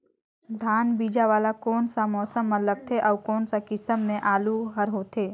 धान बीजा वाला कोन सा मौसम म लगथे अउ कोन सा किसम के आलू हर होथे?